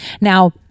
Now